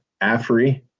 AFRI